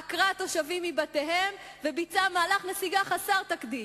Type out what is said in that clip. עקרה תושבים מבתיהם וביצעה מהלך נסיגה חסר תקדים,